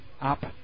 up